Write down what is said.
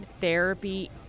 therapy